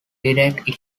direct